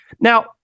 Now